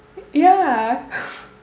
ya